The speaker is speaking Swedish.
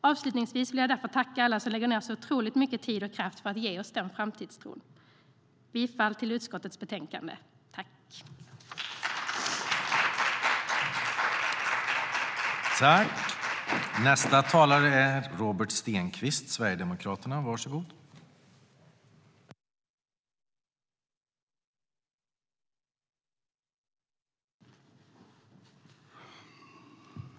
Avslutningsvis vill jag därför tacka alla som lägger ned så otroligt mycket tid och kraft på att ge oss den framtidstron. STYLEREF Kantrubrik \* MERGEFORMAT Utbildning och universitetsforskning